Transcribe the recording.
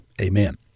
Amen